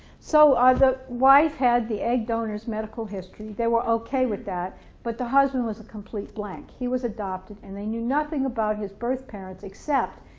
so ah the wife had the egg donor's medical history, they were okay with that but the husband was a complete blank he was adopted and they knew nothing about his birth parents except,